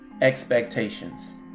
expectations